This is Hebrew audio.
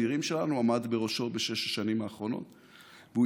הצעירים שלנו והוא עמד בראשו בשש השנים האחרונות.